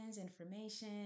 information